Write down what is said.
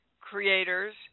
creators